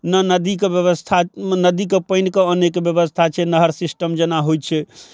ने नदीके व्यवस्था नदीके पानिके अनैके व्यवस्था छै नहर सिस्टम जेना होइ छै